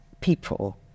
people